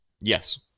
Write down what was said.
Yes